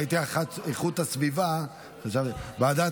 אין